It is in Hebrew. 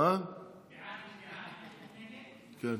בעד זה בעד,